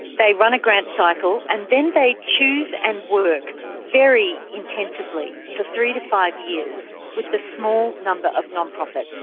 they run a grant cycle and then they choose and work very intensively for three to five years with a small number of non-profits.